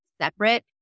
separate